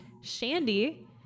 Shandy